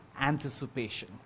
anticipation